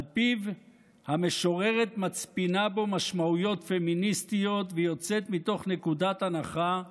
שעל פיו המשוררת מצפינה בו משמעויות פמיניסטיות ויוצאת מנקודת הנחה,